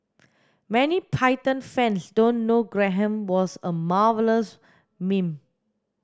many Python fans don't know Graham was a marvellous mime